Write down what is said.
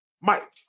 Mike